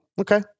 Okay